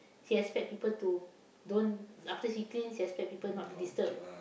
she expect people to don't after she clean she expect people to don't disturb